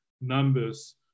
numbers